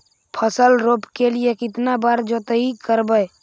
फसल रोप के लिय कितना बार जोतई करबय?